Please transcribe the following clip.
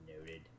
Noted